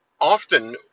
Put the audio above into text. often